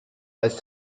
als